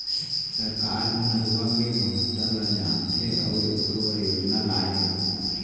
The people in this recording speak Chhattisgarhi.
सरकार ह नरूवा के महता ल जानथे अउ एखरो बर योजना लाए हे